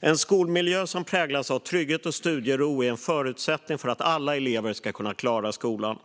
En skolmiljö som präglas av trygghet och studiero är en förutsättning för att alla elever ska kunna klara skolan.